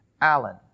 Alan